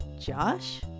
Josh